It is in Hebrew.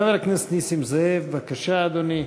חבר הכנסת נסים זאב, בבקשה, אדוני.